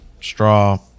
straw